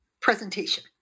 presentation